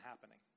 happening